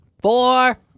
Four